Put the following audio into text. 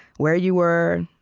where you were,